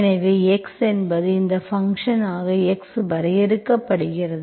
எனவே x என்பது இந்த ஃபங்க்ஷன் ஆக x வரையறுக்கப்படுகிறது